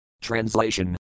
Translation